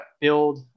build